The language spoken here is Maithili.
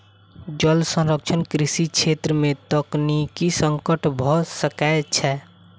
जल संरक्षण कृषि छेत्र में तकनीकी संकट भ सकै छै